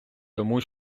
тому